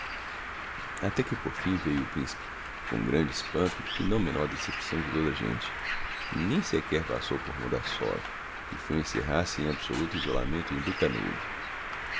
até que por fim veiu o principe com grande espanto e não menor decepção de toda a gente nem sequer passou por mordassov e foi encerrar-se em absoluto isolamento em